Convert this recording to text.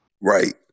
right